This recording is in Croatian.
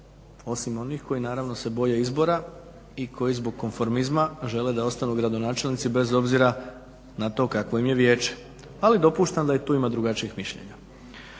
osim onih koji naravno se boje izbora i koji zbog konformizma žele da ostanu gradonačelnici bez obzira na to kakvo im je vijeće, ali dopuštam da i tu ima drugačijih mišljenja.